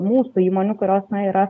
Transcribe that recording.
mūsų įmonių kurios yra